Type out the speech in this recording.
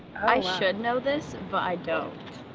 i should know this, but i don't.